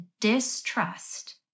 distrust